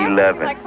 Eleven